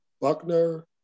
Buckner